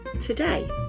today